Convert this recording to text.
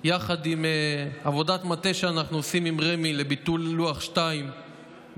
יחד עם עבודת מטה שאנחנו עושים עם רמ"י לביטול לוח 2 בתמ"א/35,